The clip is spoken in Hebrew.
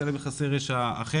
עכשיו תתעלל בחסר ישע שני.